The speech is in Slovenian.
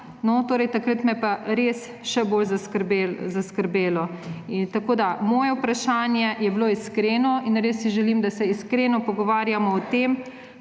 takrat me je pa res še bolj zaskrbelo. Moje vprašanje je bilo iskreno in res si želim, da se iskreno pogovarjamo o tem,